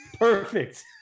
Perfect